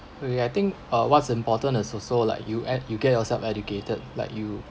where where I think uh what's important is also like you ed~ you get yourself educated like you